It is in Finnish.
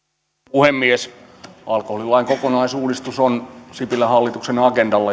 puhemies alkoholilain kokonaisuudistus on sipilän hallituksen agendalla